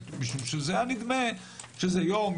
משום שהיה נדמה שזה יום,